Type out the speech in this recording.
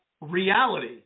reality